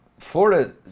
Florida